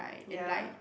ya